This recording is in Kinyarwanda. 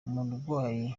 umurwayi